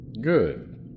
Good